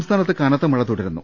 സംസ്ഥാനത്ത് കനത്ത മഴതുടരുന്നു